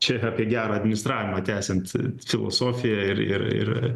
čia apie gerą administravimą tęsiant filosofiją ir ir ir